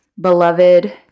beloved